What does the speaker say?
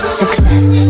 success